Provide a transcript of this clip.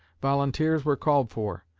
volunteers were called for.